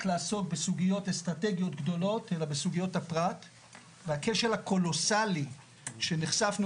לעסוק בסוגיות אסטרטגיות גדולות אלא בסוגיות הפרט והכשל הקולוסלי שנחשפנו